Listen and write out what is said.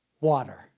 water